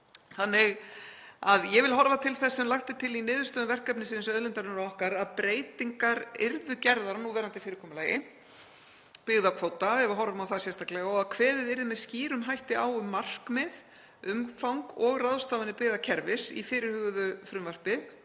Ég vil því horfa til þess sem lagt er til í niðurstöðum verkefnisins Auðlindarinnar okkar, að breytingar yrðu gerðar á núverandi fyrirkomulagi byggðakvóta, ef við horfum á það sérstaklega, og að kveðið yrði með skýrum hætti á um markmið, umfang og ráðstafanir byggðakerfis í fyrirhuguðu frumvarpi